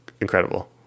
incredible